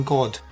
God